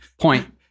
point